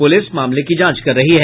police मामले की जांच कर रही है